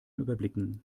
überblicken